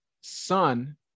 son